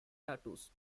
tattoos